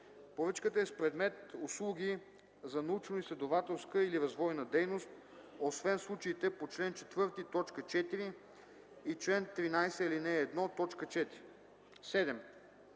поръчката е с предмет услуги за научноизследователска или развойна дейност, освен в случаите по чл. 4, т. 4 и чл. 13, ал.